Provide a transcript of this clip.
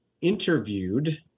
interviewed